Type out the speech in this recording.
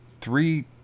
three